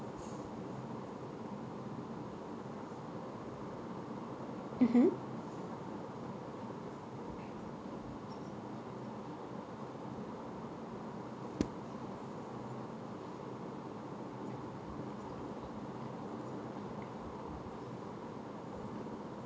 mmhmm